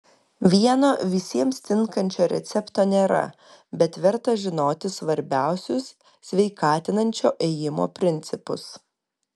vieno visiems tinkančio recepto nėra bet verta žinoti svarbiausius sveikatinančio ėjimo principus